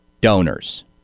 donors